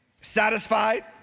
satisfied